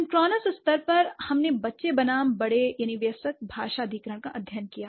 synchronous स्तर पर हमने बच्चे बनाम वयस्क भाषा अधिग्रहण का अध्ययन किया